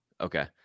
Okay